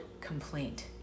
complaint